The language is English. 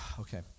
okay